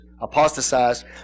apostatized